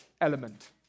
element